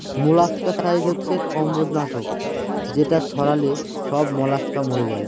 molluscicide হচ্ছে কম্বজ নাশক যেটা ছড়ালে সব মলাস্কা মরে যায়